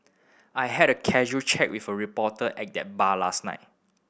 I had a casual chat with a reporter at the bar last night